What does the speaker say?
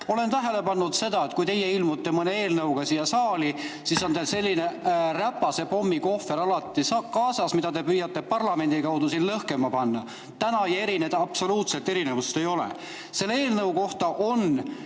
Olen tähele pannud seda, et kui teie ilmute mõne eelnõuga siia saali, siis on teil selline räpase pommi kohver alati kaasas, mida te püüate parlamendi kaudu lõhkema panna. Täna ei erine ee absoluutselt [varasemast], erinevust ei ole. Selle eelnõu kohta on